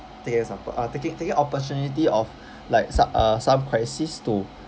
take example uh taking taking opportunity of like some uh some crisis to